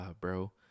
bro